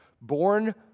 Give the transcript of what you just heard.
Born